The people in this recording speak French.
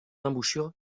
embouchure